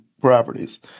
properties